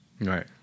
Right